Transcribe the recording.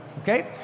okay